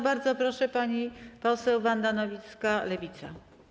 Bardzo proszę, pani poseł Wanda Nowicka, Lewica.